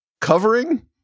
covering